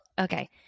Okay